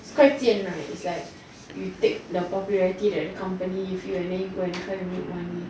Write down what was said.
it's quite 贱 right it's like you take the popularity that a company give you then you go try make money